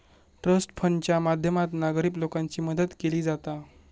trust फंडाच्या माध्यमातना गरीब लोकांची मदत केली जाता